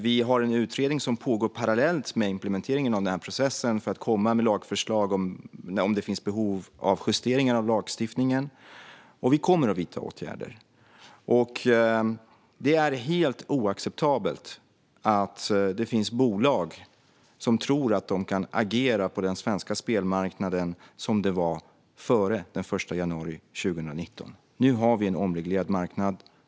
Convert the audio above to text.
Vi har en utredning som pågår parallellt med implementeringen av denna process för att komma med lagförslag om det finns behov av justeringar av lagstiftningen. Vi kommer att vidta åtgärder. Det är helt oacceptabelt att det finns bolag som tror att de kan agera på den svenska spelmarknaden som om det var före den 1 januari 2019. Nu har vi en omreglerad marknad.